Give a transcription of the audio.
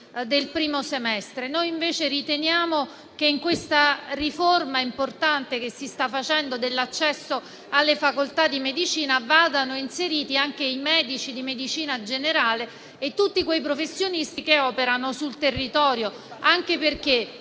del primo semestre. Noi riteniamo, invece, che in questa riforma importante che si sta facendo dell'accesso alle facoltà di medicina vadano inseriti anche i medici di medicina generale e tutti quei professionisti che operano sul territorio, anche perché,